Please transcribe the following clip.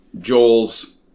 Joel's